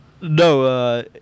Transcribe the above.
No